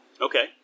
Okay